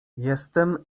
jestem